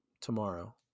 tomorrow